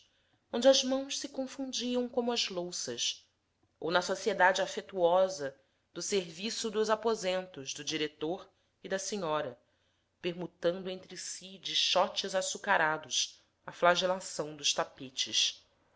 onde as mãos se confundiam como as louças ou na sociedade afetuosa do serviço dos aposentos do diretor e da senhora permutando entre si dichotes açucarados à flagelação dos tapetes